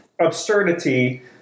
absurdity